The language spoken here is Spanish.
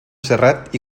serrat